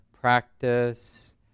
practice